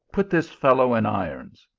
put this fellow in irons.